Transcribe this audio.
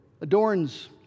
adorns